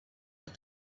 had